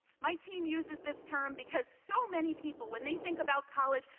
my team uses this term because so many people when they think about college,